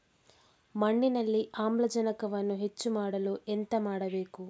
ಮಣ್ಣಿನಲ್ಲಿ ಆಮ್ಲಜನಕವನ್ನು ಹೆಚ್ಚು ಮಾಡಲು ಎಂತ ಮಾಡಬೇಕು?